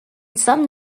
some